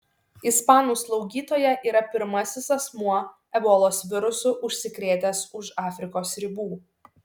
ispanų slaugytoja yra pirmasis asmuo ebolos virusu užsikrėtęs už afrikos ribų